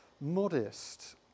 modest